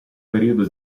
periodo